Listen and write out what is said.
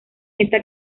esta